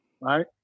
right